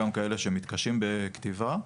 וגם כאלה שמתקשים בכתיבה.